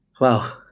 Wow